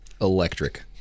Electric